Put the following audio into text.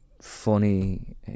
funny